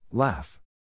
Laugh